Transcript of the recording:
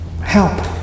help